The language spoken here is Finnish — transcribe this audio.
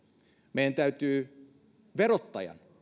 meidän täytyy verottajan